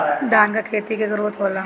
धान का खेती के ग्रोथ होला?